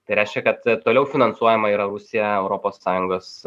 tai reiškia kad toliau finansuojama yra rusija europos sąjungos